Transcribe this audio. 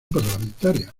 parlamentaria